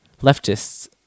leftists